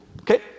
Okay